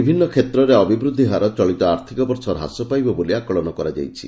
ବିଭିନ୍ କ୍ଷେତ୍ରରେ ଅଭିବୃଦ୍ଧି ହାର ଚଳିତ ଆର୍ଥକ ବର୍ଷ ହ୍ରାସ ପାଇବ ବୋଲି ଆକଳନ କରାଯାଇଛି